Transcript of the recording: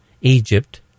Egypt